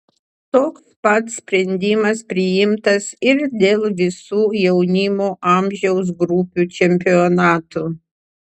toks pat sprendimas priimtas ir dėl visų jaunimo amžiaus grupių čempionatų